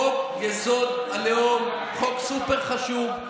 חוק-יסוד: הלאום, חוק סופר חשוב.